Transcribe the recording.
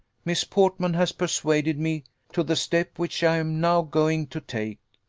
miss portman has persuaded me to the step which i am now going to take.